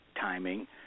timing